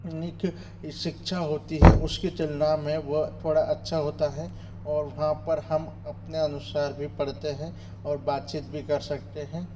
क शिक्षा होती है उसकी तुलना में वह थोड़ा अच्छा होता है और वहाँ पर हम अपने अनुसार भी पढ़ते हैं और बातचीत भी कर सकते है